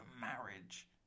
marriage